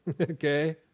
okay